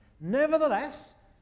Nevertheless